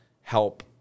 help